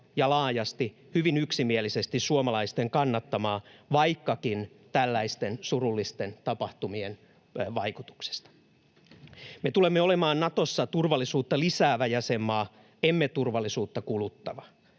ja laajasti, hyvin yksimielisesti, suomalaisten kannattamaa — vaikkakin tällaisten surullisten tapahtumien vaikutuksesta. Me tulemme olemaan Natossa turvallisuutta lisäävä jäsenmaa, emme turvallisuutta kuluttava,